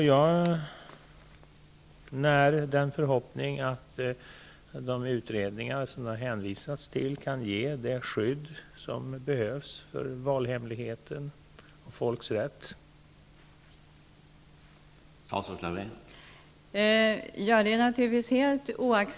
Jag när en förhoppning om att de utredningar som det har hänvisats till kan ge det skydd som behövs för valhemligheten och folks rättigheter.